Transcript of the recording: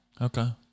Okay